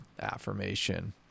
affirmation